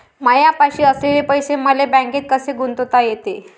मायापाशी असलेले पैसे मले बँकेत कसे गुंतोता येते?